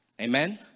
Amen